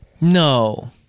no